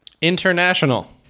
International